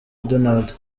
donald